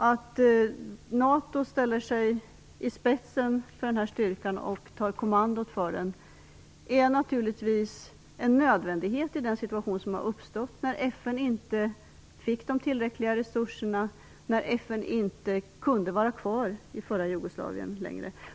Att NATO ställer sig i spetsen för denna styrka och tar kommandot för den är naturligtvis en nödvändighet i den situation som uppstod när FN inte fick tillräckliga resurser och inte längre kunde vara kvar i f.d.